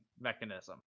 mechanism